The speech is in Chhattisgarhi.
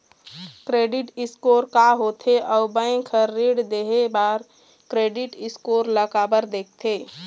क्रेडिट स्कोर का होथे अउ बैंक हर ऋण देहे बार क्रेडिट स्कोर ला काबर देखते?